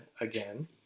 again